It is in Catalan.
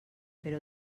però